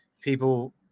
people